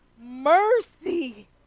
mercy